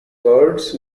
words